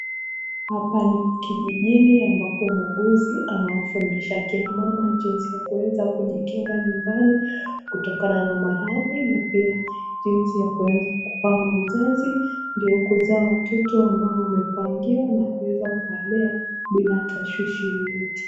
Hapa ni kijijini ambapo mwongozi anwafundisha akina mama jinsi ya kuweza kujikinga nyumbani kutonana na maradhi na pia jinsi ya kuweza kupanga uzazi. Ndio kuzaa watoto ambao wamepangia na kuweza kuwalea bila tashwishi yoyote.